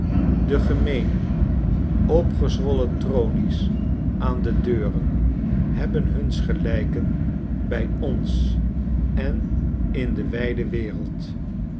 de gemeene opgezwollen tronies aan de deuren hebben huns gelijken bij ons en in de wijde wereld